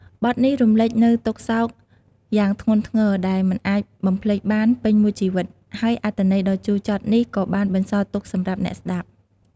បទនេះរំលេចនូវទុក្ខសោកយ៉ាងធ្ងន់ធ្ងរដែលមិនអាចបំភ្លេចបានពេញមួយជីវិត ហើយអត្ថន័យដ៏ជូរចត់នេះក៏បានបន្សល់ទុកសម្រាប់អ្នកស្តាប់។